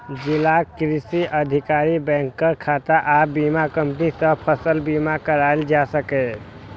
जिलाक कृषि अधिकारी, बैंकक शाखा आ बीमा कंपनी सं फसल बीमा कराएल जा सकैए